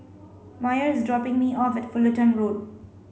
Myer is dropping me off at Fullerton Road